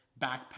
backpack